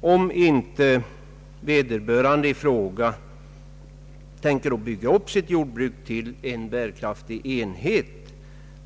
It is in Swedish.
om inte vederbörande jordbrukare tänker bygga upp sitt jordbruk till en bärkraftig enhet.